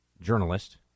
journalist